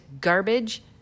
garbage